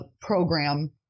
program